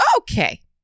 Okay